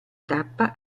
tappa